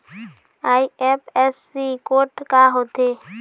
IFSC code का होथे?